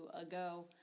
ago